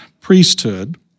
priesthood